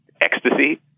ecstasy